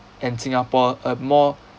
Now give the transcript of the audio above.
and singapore a more